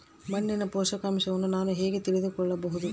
ಮಣ್ಣಿನ ಪೋಷಕಾಂಶವನ್ನು ನಾನು ಹೇಗೆ ತಿಳಿದುಕೊಳ್ಳಬಹುದು?